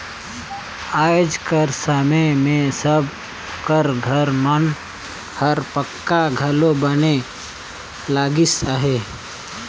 आएज कर समे मे सब कर घर मन हर पक्का घलो बने लगिस अहे